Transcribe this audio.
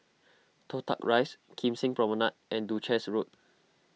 Toh Tuck Rise Kim Seng Promenade and Duchess Road